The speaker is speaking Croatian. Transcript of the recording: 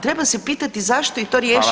Treba se pitati zašto i to riješiti.